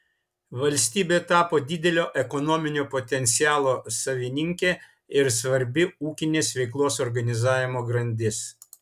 valstybė tapo didelio ekonominio potencialo savininkė ir svarbi ūkinės veiklos organizavimo grandis